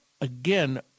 again